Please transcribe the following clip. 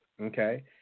okay